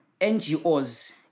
NGOs